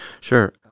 Sure